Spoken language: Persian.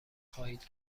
خواهید